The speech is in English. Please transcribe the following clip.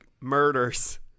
murders